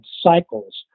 cycles